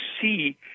see